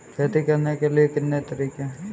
खेती करने के कितने तरीके हैं?